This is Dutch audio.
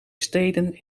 steden